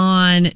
on